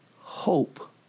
hope